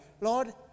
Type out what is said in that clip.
Lord